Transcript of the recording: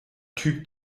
typ